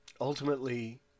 ultimately